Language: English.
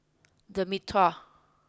the Mitraa